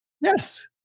Yes